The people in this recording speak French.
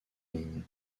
ligne